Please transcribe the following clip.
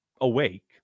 awake